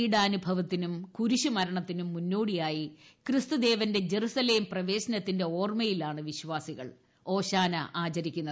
പീഡാനുഭവത്തിനും കുരിശുമരണത്തിനും മുന്നോടിയായി ക്രിസ്തുദേവന്റെ ജറുസലേം പ്രവേശനത്തിന്റെ ഓർമയിലാണ് വിശ്വാസികൾ ഓശാന ആചരിക്കുന്നത്